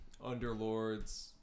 Underlords